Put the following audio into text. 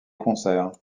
concerts